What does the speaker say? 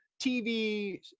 tv